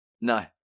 No